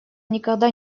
никогда